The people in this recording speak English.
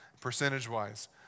percentage-wise